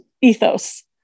ethos